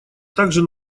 также